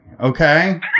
okay